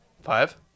Five